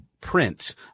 print